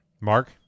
Mark